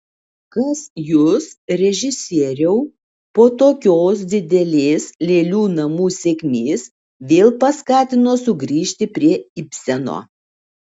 kas jus režisieriau po tokios didelės lėlių namų sėkmės vėl paskatino sugrįžti prie ibseno